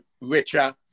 richer